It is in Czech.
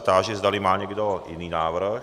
Táži si, zdali má někdo jiný návrh.